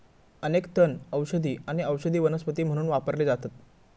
अनेक तण औषधी आणि औषधी वनस्पती म्हणून वापरले जातत